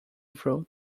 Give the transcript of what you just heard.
fruit